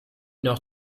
noch